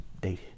date